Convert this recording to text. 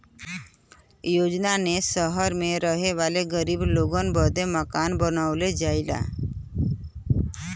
योजना ने सहर मे रहे वाले गरीब लोगन बदे मकान बनावल जाला